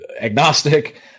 agnostic